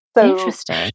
Interesting